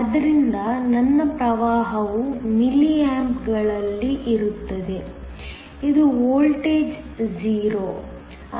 ಆದ್ದರಿಂದ ನನ್ನ ಪ್ರವಾಹವು ಮಿಲಿಯಾಂಪ್ಗಳಲ್ಲಿ ಇರುತ್ತದೆ ಇದು ವೋಲ್ಟೇಜ್ 0